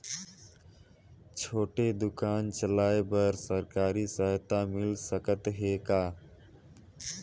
छोटे दुकान चलाय बर सरकारी सहायता मिल सकत हे का?